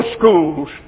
schools